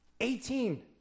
Eighteen